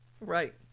Right